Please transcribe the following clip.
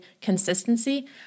consistency